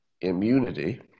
immunity